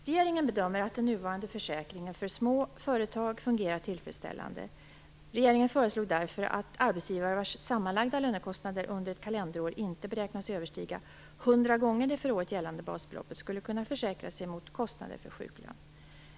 Regeringen bedömer att den nuvarande försäkringen för små företag fungerar tillfredsställande. Regeringen föreslog därför att arbetsgivare vars sammanlagda lönekostnader under ett kalenderhalvår inte beräknas överstiga 100 gånger det för året gällande basbeloppet skall kunna försäkra sig mot kostnader för sjuklön.